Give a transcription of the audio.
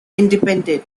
independent